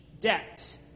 debt